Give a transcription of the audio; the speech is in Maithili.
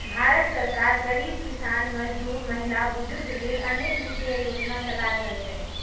भारत सरकार गरीब, किसान, मजदूर, महिला, बुजुर्ग लेल अनेक वित्तीय योजना चला रहल छै